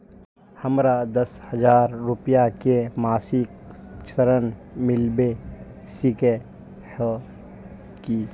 हमरा दस हजार रुपया के मासिक ऋण मिलबे सके है की?